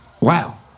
wow